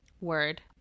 Word